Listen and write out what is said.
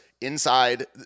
Inside